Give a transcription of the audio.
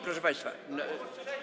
Proszę państwa.